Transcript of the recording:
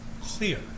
clear